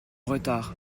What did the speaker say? retard